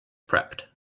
prepped